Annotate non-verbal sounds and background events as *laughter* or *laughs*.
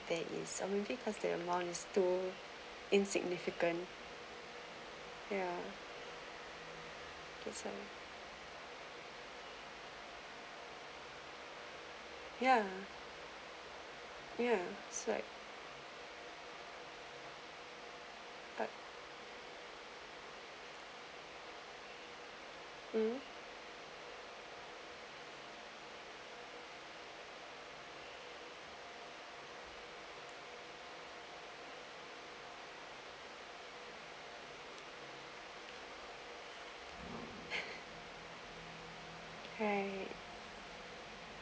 that is some maybe cause the amount is too insignificant ya ya ya so right but mm *laughs* right